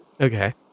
okay